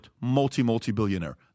multi-multi-billionaire